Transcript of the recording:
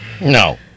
No